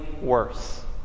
worse